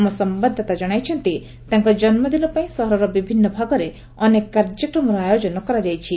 ଆମ ସମ୍ଭାଦଦାତା ଜଣାଇଛନ୍ତି ତାଙ୍କ ଜନ୍ମଦିନ ପାଇଁ ସହରର ବିଭିନ୍ନ ଭାଗରେ ଅନେକ କାର୍ଯ୍ୟକ୍ରମର ଆୟୋଜନ କରାଯାଇଛି